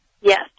Yes